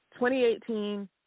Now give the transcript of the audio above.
2018